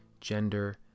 gender